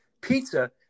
pizza